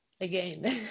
again